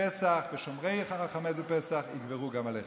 הפסח ושומרי החמץ בפסח יגברו גם עליכם.